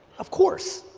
of course,